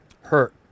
hurt